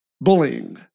bullying